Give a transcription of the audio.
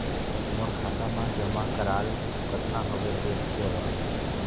मोर खाता मा जमा कराल कतना हवे देख देव?